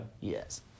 yes